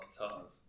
guitars